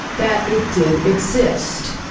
that it did exist.